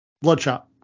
Bloodshot